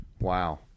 Wow